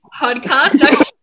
Podcast